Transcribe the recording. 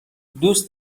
دوست